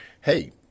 hey